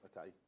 okay